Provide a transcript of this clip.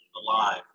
alive